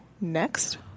Next